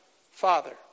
Father